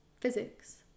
physics